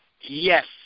Yes